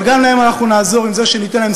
אבל גם להם אנחנו נעזור עם זה שניתן להם